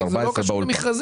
זה לא קשור למכרזים.